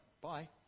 Bye